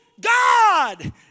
God